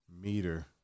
meter